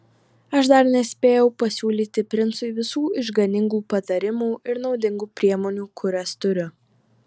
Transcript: aš dar nespėjau pasiūlyti princui visų išganingų patarimų ir naudingų priemonių kurias turiu